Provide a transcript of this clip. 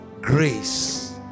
Grace